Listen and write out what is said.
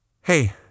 Hey